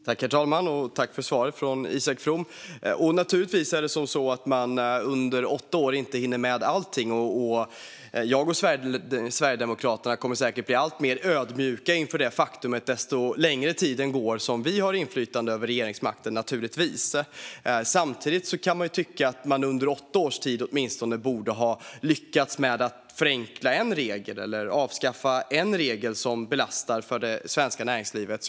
Herr talman! Tack för svaret, Isak From! Naturligtvis hinner man inte med allting under åtta år. Jag och Sverigedemokraterna kommer säkert att bli alltmer ödmjuka inför detta faktum ju längre tiden går och vi har inflytande över regeringsmakten. Samtidigt kan man tycka att ni under åtta års tid åtminstone borde ha lyckats förenkla eller avskaffa en regel som belastar det svenska näringslivet.